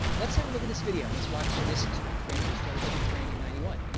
let's have a look at this video, and let's watch this strength trainer who started strength training at ninety one.